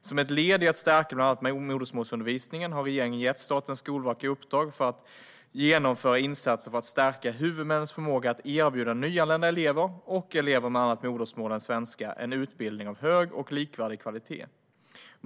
Som ett led i att stärka bland annat modersmålsundervisningen har regeringen gett Statens skolverk i uppdrag att genomföra insatser för att stärka huvudmännens förmåga att erbjuda nyanlända elever och elever med annat modersmål än svenska en utbildning av hög och likvärdig kvalitet.